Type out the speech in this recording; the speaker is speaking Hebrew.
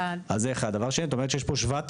שזה בעצם מכון אחד שמגיש את האישורים של?